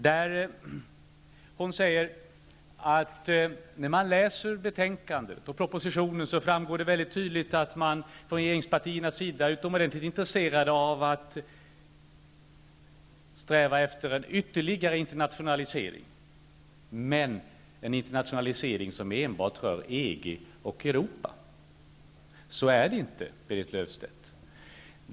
Berit Löfstedt säger att det av propositionen framgår tydligt att man från regeringspartiernas sida är utomordentligt intresserad av att sträva efter en ytterligare internationalisering, men en internationalisering som enbart rör EG och Europa. Så är det inte, Berit Löfstedt.